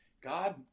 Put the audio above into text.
God